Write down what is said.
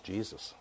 Jesus